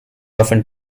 often